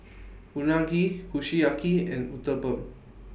Unagi Kushiyaki and Uthapam